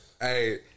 Hey